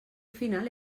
final